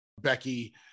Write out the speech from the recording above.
Becky